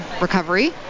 recovery